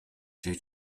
jay